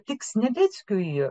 tik sniadeckiui